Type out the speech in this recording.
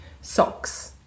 socks